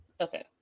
Okay